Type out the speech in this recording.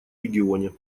регионе